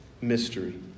mystery